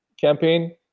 campaign